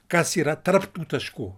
kas yra tarp tų taškų